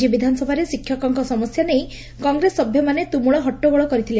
ଆଜି ବିଧାନସଭାରେ ଶିକ୍ଷକଙ୍କ ସମସ୍ୟା ନେଇ କଂଗ୍ରେସ ସଭ୍ୟମାନେ ତୁମୁଳ ହଟଗୋଳ କରିଥିଲେ